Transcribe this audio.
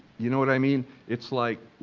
you know what i mean? it's, like,